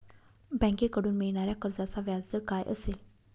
बँकेकडून मिळणाऱ्या कर्जाचा व्याजदर काय असेल?